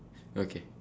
okay